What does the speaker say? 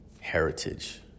heritage